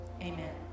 Amen